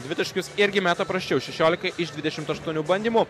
dvitaškius irgi meta prasčiau šešiolika iš dvidešimt aštuonių bandymų